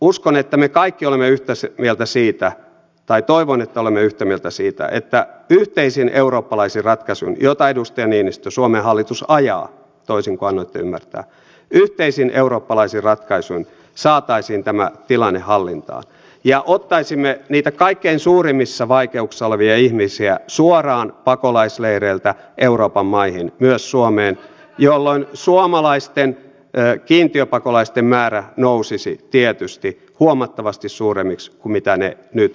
uskon että me kaikki olemme yhtä mieltä siitä tai toivon että olemme yhtä mieltä siitä että yhteisin eurooppalaisin ratkaisuin joita edustaja niinistö suomen hallitus ajaa toisin kuin annoitte ymmärtää saataisiin tämä tilanne hallintaan ja ottaisimme niitä kaikkein suurimmissa vaikeuksissa olevia ihmisiä suoraan pakolaisleireiltä euroopan maihin myös suomeen jolloin suomalaisten kiintiöpakolaisten määrä nousisi tietysti huomattavasti suuremmaksi kuin mitä se nyt vuosittain on